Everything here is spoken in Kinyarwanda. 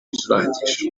bicurangisho